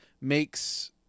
makes